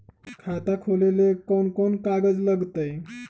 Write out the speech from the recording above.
खाता खोले ले कौन कौन कागज लगतै?